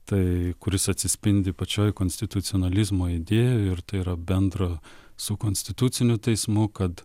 tai kuris atsispindi pačioj konstitucionalizmo idėją ir tai yra bendro su konstituciniu teismu kad